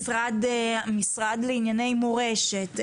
המשרד לענייני מורשת,